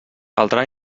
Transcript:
caldrà